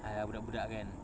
!haiya! budak budak kan